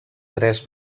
tres